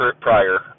prior